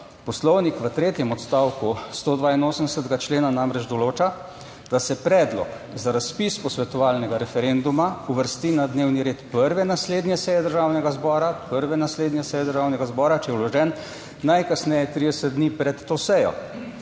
Poslovnik v tretjem odstavku 182. člena namreč določa, da se predlog za razpis posvetovalnega referenduma uvrsti na dnevni red prve naslednje seje Državnega zbora, prve naslednje seje Državnega zbora, če je vložen najkasneje 30 dni pred to sejo.